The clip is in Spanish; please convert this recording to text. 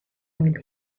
mill